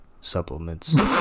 supplements